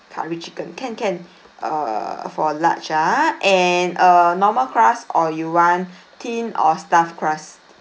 curry chicken can can err for large ah and a normal crust or you want thin or stuffed crust